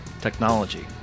technology